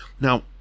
Now